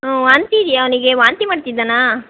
ವಾಂತಿ ಇದೆಯಾ ಅವನಿಗೆ ವಾಂತಿ ಮಾಡ್ತಿದ್ದಾನಾ